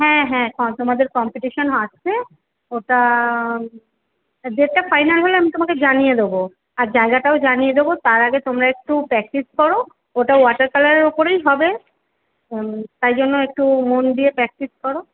হ্যাঁ হ্যাঁ কন তোমাদের কম্পিটিশনও আসছে ওটা ডেটটা ফাইনাল হলে আমি তোমাকে জানিয়ে দেবো আর জায়গাটাও জানিয়ে দেবো তার আগে তোমরা একটু প্র্যাকটিস করো ওটা ওয়াটার কালারের ওপরেই হবে তাই জন্য একটু মন দিয়ে প্র্যাকটিস করো